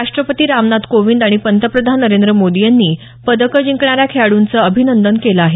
राष्ट्रपती रामनाथ कोविंद आणि पंतप्रधान नरेंद्र मोदी यांनी पदकं जिंकणाऱ्या खेळाडूंचं अभिनंदन केलं आहे